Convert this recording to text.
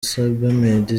sebamed